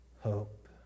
hope